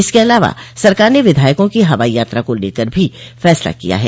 इसके अलावा सरकार ने विधायकों की हवाई यात्रा को लेकर भी फैसला किया है